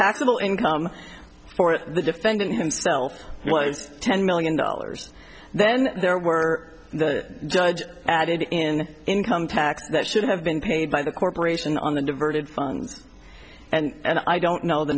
taxable income for the defendant himself was ten million dollars then there were the judge added in income tax that should have been paid by the corporation on the diverted funds and i don't know the